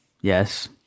Yes